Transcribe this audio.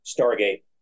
Stargate